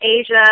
Asia